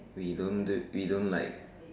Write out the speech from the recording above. wait you don't do you don't like